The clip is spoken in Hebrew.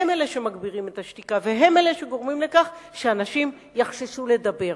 הם אלה שמגבירים את השתיקה והם אלה שגורמים לכך שאנשים יחששו לדבר.